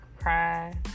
cry